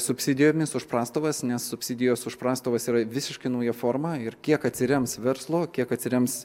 subsidijomis už prastovas nes subsidijos už prastovas yra visiškai nauja forma ir kiek atsirems verslo kiek atsirems